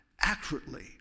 accurately